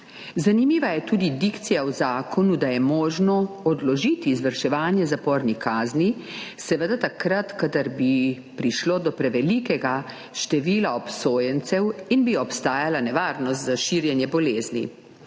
Zanimiva je tudi dikcija v zakonu, da je možno odložiti izvrševanje zapornih kazni, seveda takrat, kadar bi prišlo do prevelikega števila obsojencev in bi obstajala nevarnost za širjenje bolezni,